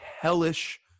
hellish